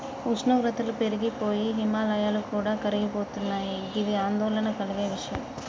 ఉష్ణోగ్రతలు పెరిగి పోయి హిమాయాలు కూడా కరిగిపోతున్నయి గిది ఆందోళన కలిగే విషయం